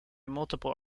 multiple